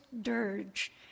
dirge